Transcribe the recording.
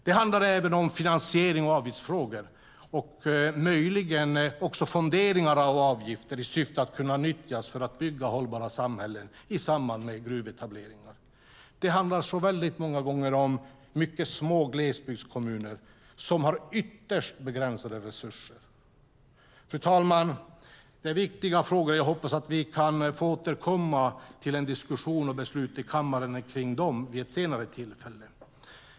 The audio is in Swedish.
Det handlar även om finansierings och avgiftsfrågor och möjligen också fondering av avgifter i syftet att de ska kunna nyttjas för att bygga hållbara samhällen i samband med gruvetableringar. Det handlar väldigt många gånger om mycket små glesbygdskommuner som har ytterst begränsade resurser. Fru talman! Det är viktiga frågor. Jag hoppas att vi kan få återkomma till en diskussion och beslut i kammaren om dem vid ett senare tillfälle.